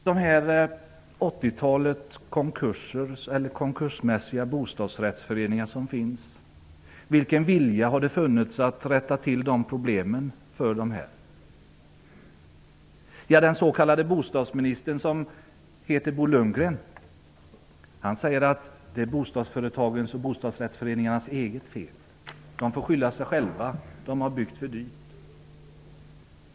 Vilken vilja har det funnits att rätta till problemen för det 80-tal konkursmässiga bostadsrättsföreningar som finns? Den s.k. bostadsministern, som heter Bo Lundgren, säger att det är bostadsföretagens och bostadsrättsföreningarnas eget fel. De får skylla sig själva. De har byggt för dyrt.